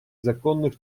законных